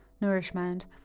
nourishment